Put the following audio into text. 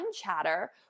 chatter